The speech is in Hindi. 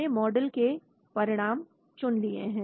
हमने मॉडल परिणाम चुन लिए हैं